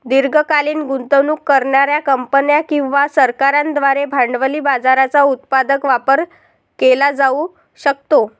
दीर्घकालीन गुंतवणूक करणार्या कंपन्या किंवा सरकारांद्वारे भांडवली बाजाराचा उत्पादक वापर केला जाऊ शकतो